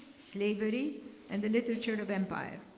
slavery and the literature and of empire.